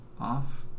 off